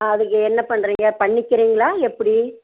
அதுக்கு என்ன பண்ணுறீங்க பண்ணிக்கிறீங்களா எப்படி